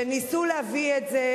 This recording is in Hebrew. שניסו להביא את זה,